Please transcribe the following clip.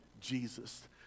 Jesus